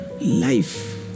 life